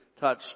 touch